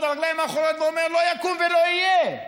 על הרגליים האחוריות ואומר: לא יקום ולא יהיה.